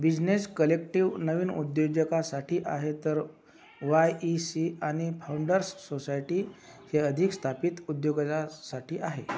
business collective नवीन उद्योजकासाठी आहे तर वाय ई सी आणि फाऊंडर्स सोसायटी हे अधिक स्थापित उद्योगलासाठी आहे